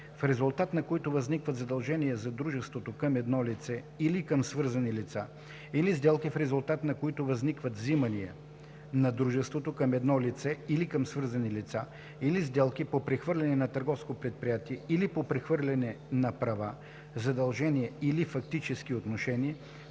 в резултат на които възникват задължения за дружеството към едно лице или към свързани лица; или сделки, в резултат на които възникват вземания на дружеството към едно лице или към свързани лица; или сделки по прехвърляне на търговско предприятие или по прехвърляне на права, задължения или фактически отношения,